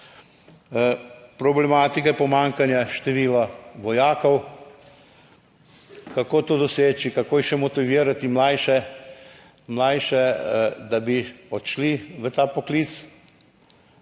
Problematike pomanjkanja števila vojakov, kako to doseči, kako še motivirati mlajše, mlajše, da bi odšli v ta poklic.